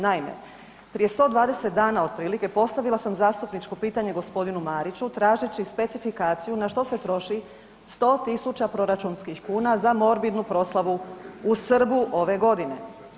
Naime, prije 120 dana otprilike, postavila sam zastupničko pitanje g. Mariću tražeći specifikaciju na što se troši 100 tisuća proračunskih kuna za morbidnu proslavu u Srbu ove godine.